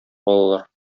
балалар